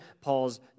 Paul's